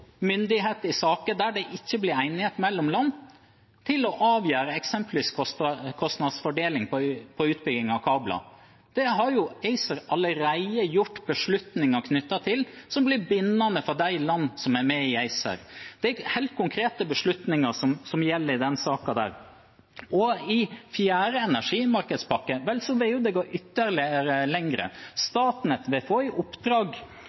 myndighet i saker der det ikke blir enighet mellom land til å avgjøre eksempelvis kostnadsfordeling for utbygging av kabler. Det har jo ACER allerede gjort beslutninger om, som blir bindende for de landene som er med i ACER. Det er helt konkrete beslutninger som gjelder i den saken. I fjerde energimarkedspakke vil ACER gå enda lengre. Statnett vil få i oppdrag